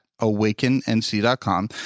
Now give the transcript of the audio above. awakennc.com